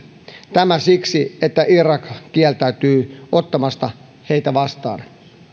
tämä siksi että irak kieltäytyy ottamasta heitä vastaan